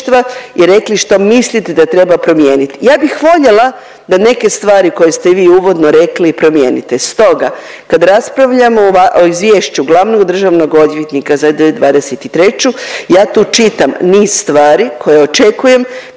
i rekli što mislite da treba promijeniti. Ja bih voljela da neke stvari koje ste vi uvodno rekli i promijenite. Stoga kad raspravljamo o Izvješću glavnog državnog odvjetnika za 2023. ja tu čitam niz stvari koje očekujem